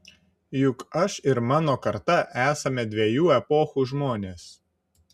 juk aš ir mano karta esame dviejų epochų žmonės